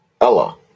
Ella